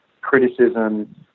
criticism